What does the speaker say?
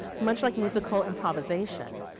much like musical improviization,